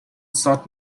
sought